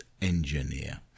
engineer